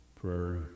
prayer